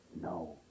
no